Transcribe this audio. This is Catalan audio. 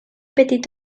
petit